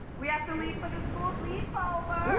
we have to leave for the school sleepover.